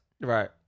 Right